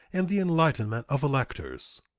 in the enlightenment of electors.